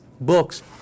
books